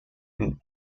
and